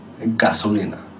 Gasolina